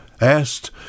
asked